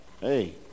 Hey